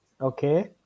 okay